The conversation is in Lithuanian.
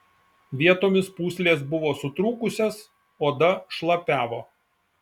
vietomis pūslės buvo sutrūkusios oda šlapiavo